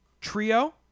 Trio